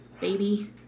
baby